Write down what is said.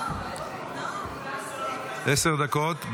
עשר דקות.